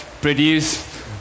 Produce